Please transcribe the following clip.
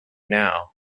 now